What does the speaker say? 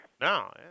No